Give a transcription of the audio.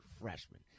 freshman